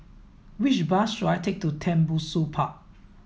which bus should I take to Tembusu Park